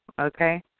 Okay